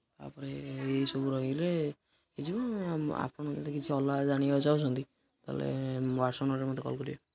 ତା'ପରେ ଏଇସବୁ ରହିଲେ ଏ ଯେଉଁ ଆପଣ ଆପଣ ଯଦି କିଛି ଅଲଗା ଜାଣିବାକୁ ଚାହୁଁଛନ୍ତି ତା'ହେଲେ ହ୍ଵାଟ୍ସପ୍ ନମ୍ବର୍ରେ ମୋତେ କଲ୍ କରିବେ